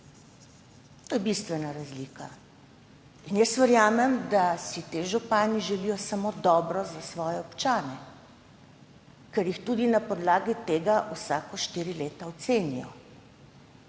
To je bistvena razlika. Jaz verjamem, da si ti župani želijo samo dobro za svoje občane, ker jih tudi na podlagi tega vsaka štiri leta ocenijo.